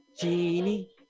Genie